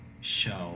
show